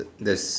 there's